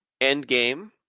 Endgame